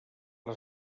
les